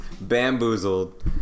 bamboozled